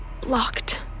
Blocked